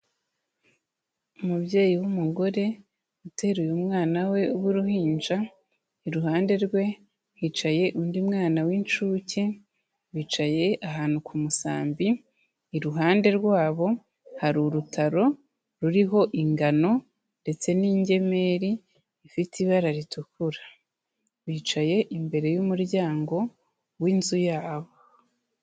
Umubyeyi w'umugore uteruye umwana we w'uruhinja, iruhande rwe hicaye undi mwana w'incuke, bicaye ahantu ku musambi, iruhande rwabo hari urutaro ruriho ingano ndetse n'ingemeri bifite ibara ritukura. Bicaye imbere y'umuryango w'inzu yabo.